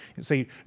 say